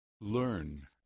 learn